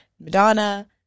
Madonna